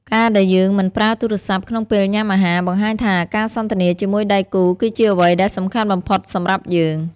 ការដែលយើងមិនប្រើទូរស័ព្ទក្នុងពេលញ៉ាំអាហារ បង្ហាញថាការសន្ទនាជាមួយដៃគូគឺជាអ្វីដែលសំខាន់បំផុតសម្រាប់យើង។